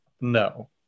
no